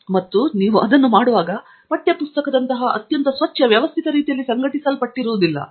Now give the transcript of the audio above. ಮತ್ತು ನೀವು ಅದನ್ನು ಮಾಡುವಾಗ ಪಠ್ಯ ಪುಸ್ತಕದಂತಹ ಅತ್ಯಂತ ಸ್ವಚ್ಛ ವ್ಯವಸ್ಥಿತ ರೀತಿಯಲ್ಲಿ ಸಂಘಟಿಸಲ್ಪಡುವುದಿಲ್ಲ